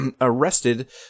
arrested